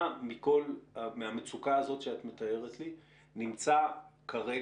מה מהמצוקה הזאת שאת מתארת לי נמצא כרגע